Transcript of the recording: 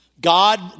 God